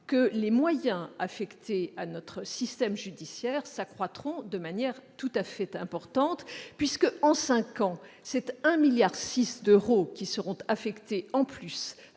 que les moyens affectés à notre système judiciaire s'accroîtront de manière tout à fait importante. En cinq ans, 1,6 milliard d'euros supplémentaires et 6